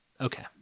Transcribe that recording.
Okay